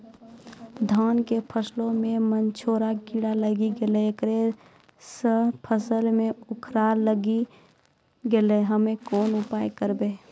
धान के फसलो मे बनझोरा कीड़ा लागी गैलै ऐकरा से फसल मे उखरा लागी गैलै हम्मे कोन उपाय करबै?